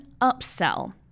upsell